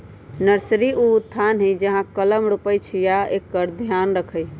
nursery उ स्थान हइ जहा कलम रोपइ छइ आ एकर ध्यान रखहइ